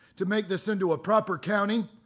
to make this into a proper county,